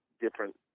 different